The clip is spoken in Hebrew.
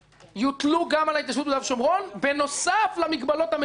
יוטלו גם על ההתיישבות ביהודה ושומרון בנוסף למגבלות המדיניות.